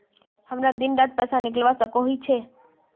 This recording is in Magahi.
हमरा दिन डात पैसा निकलवा सकोही छै?